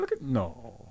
No